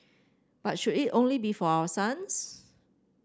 but should it only be for our sons